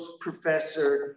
professor